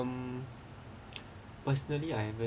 personally I haven't